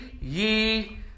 ye